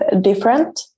different